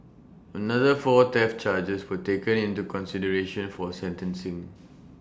another four theft charges were taken into consideration for sentencing